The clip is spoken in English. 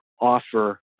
offer